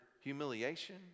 humiliation